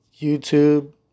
YouTube